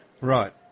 Right